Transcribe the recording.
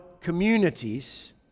communities